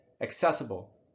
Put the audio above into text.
accessible